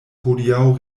hodiaŭ